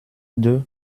deux